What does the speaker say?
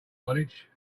college